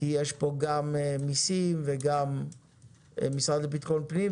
כי יש פה גם מיסים וגם המשרד לביטחון פנים,